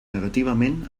negativament